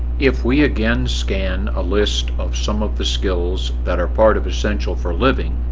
if we again scan a list of some of the skills that are part of essential for living,